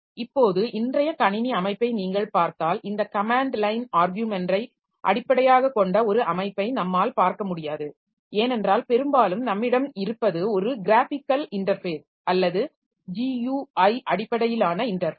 இப்போது இன்றைய கணினி அமைப்பை நீங்கள் பார்த்தால் இந்த கமேன்ட் லைன் ஆர்க்யுமென்டை அடிப்படையாகக் கொண்ட ஒரு அமைப்பை நம்மால் பார்க்க முடியாது ஏனென்றால் பெரும்பாலும் நம்மிடம் இருப்பது ஒரு க்ராஃபிக்கல் இன்டர்ஃபேஸ் அல்லது GUI அடிப்படையிலான இன்டர்ஃபேஸ்